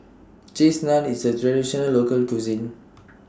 Cheese Naan IS A Traditional Local Cuisine